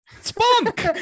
Spunk